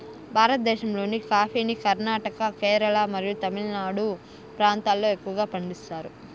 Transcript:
భారతదేశంలోని కాఫీని కర్ణాటక, కేరళ మరియు తమిళనాడు ప్రాంతాలలో ఎక్కువగా పండిస్తారు